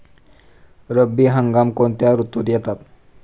रब्बी हंगाम कोणत्या ऋतूत येतात?